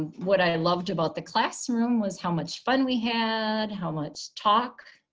um what i loved about the classroom was how much fun we had, how much talk.